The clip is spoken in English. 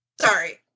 Sorry